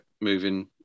moving